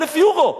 1,000 יורו,